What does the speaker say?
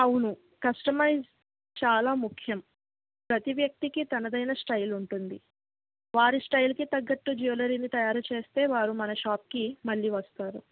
అవును కస్టమైజ్ చాలా ముఖ్యం ప్రతీ వ్యక్తికి తనదైన స్టైల్ ఉంటుంది వారి స్టైల్కి తగ్గట్టు జ్యూవెలరీను తయారు చేస్తే వారు మన షాప్కి మళ్ళీ వస్తారు